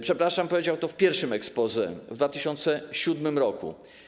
Przepraszam, powiedział to w pierwszym exposé w 2007 r.